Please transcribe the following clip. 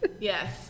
yes